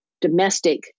domestic